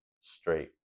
straight